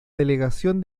delegación